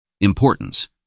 Importance